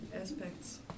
aspects